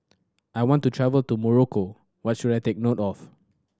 I want to travel to Morocco what should I take note of